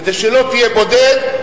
כדי שלא תהיה בודד,